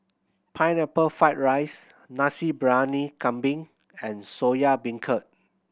Pineapple Fried rice Nasi Briyani Kambing and Soya Beancurd